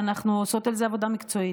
ואנחנו עושות על זה עבודה מקצועית.